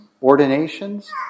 ordinations